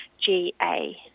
ga